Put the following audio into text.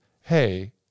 hey